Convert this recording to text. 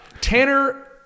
Tanner